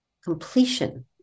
completion